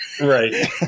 Right